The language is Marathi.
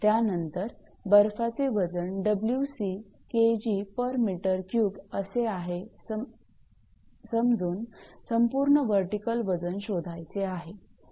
त्यानंतर बर्फाचे वजन 𝑊𝑐 𝐾𝑔𝑚3 असे आहे समजून संपूर्ण वर्टीकल वजन शोधायचे आहे